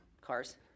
Cars